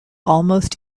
almost